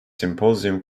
symposium